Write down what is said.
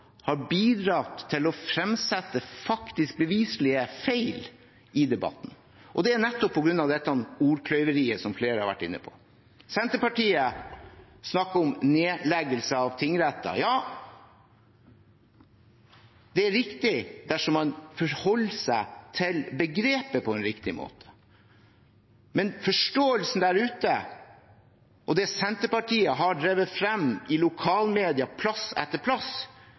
har bidratt til å fremsette beviselige feil, nettopp på grunn av dette ordkløveriet som flere har vært inne på. Senterpartiet snakker om nedleggelse av tingretter. Ja, det er riktig dersom man forholder seg til begrepet på en riktig måte. Men forståelsen der ute, og det Senterpartiet har drevet frem i lokalmedia på plass etter plass,